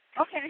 Okay